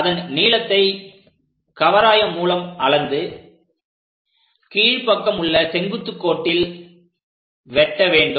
அதன் நீளத்தை கவராயம் மூலம் அளந்து கீழ்ப்பக்கம் உள்ள செங்குத்துக் கோட்டில் வெட்ட வேண்டும்